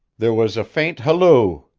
there was a faint halloo,